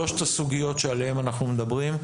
שלוש הסוגיות שעליהן אנחנו מדברים,